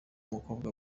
umukobwa